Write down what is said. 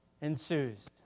ensues